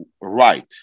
right